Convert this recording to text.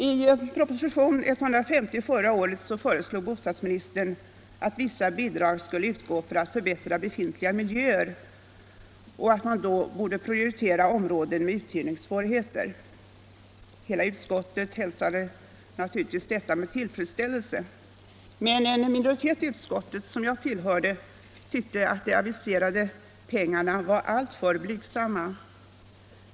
I propositionen 150 förra året föreslog bostadsministern att vissa bidrag skulle utgå för att förbättra befintliga miljöer och att man då skulle prioritera områden med uthyrningssvårigheter. Hela utskottet hälsade naturligtvis detta med tillfredsställelse. Men en minoritet i utskottet, som jag tillhörde, tyckte att de aviserade bidragen var alltför blygsamma.